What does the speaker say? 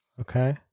Okay